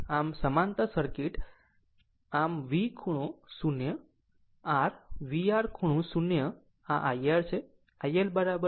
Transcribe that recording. આમ સમાંતર સર્કિટ આમ V ખૂણો 0 R VR ખૂણો 0 આ IR છે